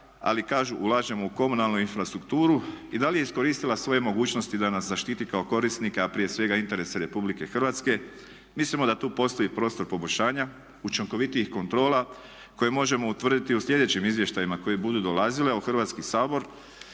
Ali kažu, ulažemo u komunalnu infrastrukturu i da li je iskoristila svoje mogućnosti da nas zaštiti kao korisnike, a prije svega interese Republike Hrvatske. Mislimo da tu postoji prostor poboljšanja, učinkovitijih kontrola koje možemo utvrditi u sljedećim izvještajima koji budu dolazili u Hrvatski sabor.